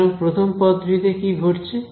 সুতরাং প্রথম পদটিতে কি ঘটছে